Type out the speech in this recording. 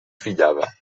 fillada